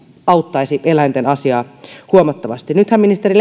auttaisi eläinten asiaa huomattavasti ministeri